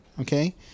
Okay